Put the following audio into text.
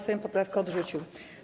Sejm poprawkę odrzucił.